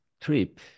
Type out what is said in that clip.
trip